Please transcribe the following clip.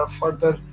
further